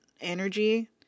energy